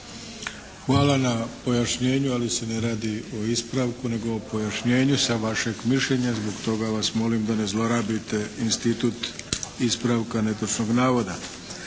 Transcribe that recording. Hvala na pojašnjenju, ali se ne radi o ispravku, nego pojašnjenju, sa vašeg mišljenja. Zbog toga vas molim da ne zlorabite institut ispravka netočnog navoda.